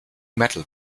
metal